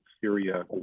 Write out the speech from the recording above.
Syria